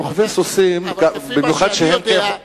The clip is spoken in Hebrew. אבל לפי מה שאני יודע,